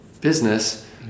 business